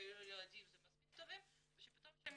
כשהולידו ילדים הם מספיק טובים ופתאום כשהם